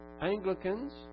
Anglicans